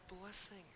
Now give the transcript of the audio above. blessing